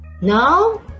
no